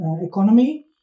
economy